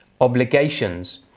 obligations